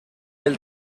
del